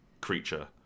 creature